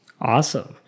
awesome